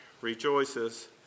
rejoices